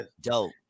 Dope